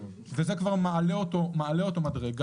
שזה דבר שמעלה אותו מדרגה,